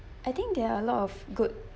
I think there are a lot of good